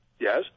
yes